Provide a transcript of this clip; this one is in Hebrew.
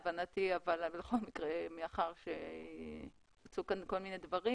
אבל בכל מקרה מאחר ונאמרו כאן כל מיני דברים,